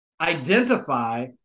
identify